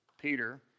Peter